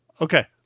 Okay